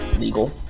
legal